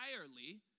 entirely